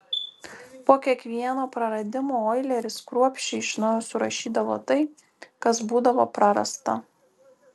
po kiekvieno praradimo oileris kruopščiai iš naujo surašydavo tai kas būdavo prarasta